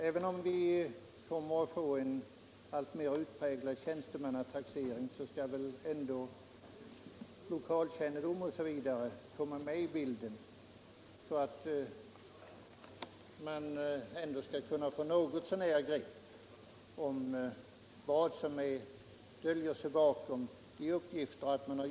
Även om vi kommer att få en alltmer utpräglad tjänstemannataxering skall väl lokalkännedom och liknande finnas med i bilden, så att man kan få något begrepp om vad som döljer sig bakom uppgifterna.